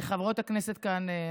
חברות הכנסת כאן,